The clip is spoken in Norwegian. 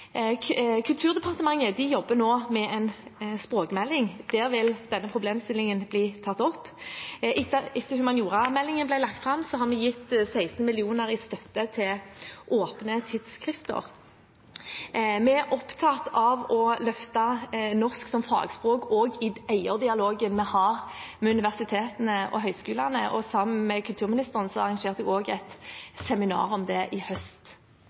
forskningen. Kulturdepartementet jobber nå med en språkmelding. Der vil denne problemstillingen bli tatt opp. Etter at humaniorameldingen ble lagt fram, har vi gitt 16 mill. kr i støtte til åpne tidsskrifter. Vi er opptatt av å løfte norsk som fagspråk også i eierdialogen vi har med universitetene og høyskolene. Sammen med kulturministeren arrangerte jeg også et seminar om det i høst.